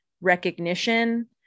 recognition